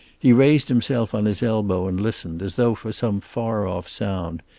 he raised himself on his elbow and listened, as though for some far-off sound,